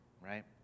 right